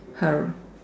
her